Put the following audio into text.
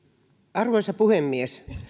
arvoisa puhemies